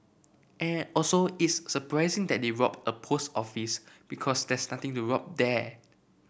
and also is surprising that they robbed a post office because there's nothing to rob there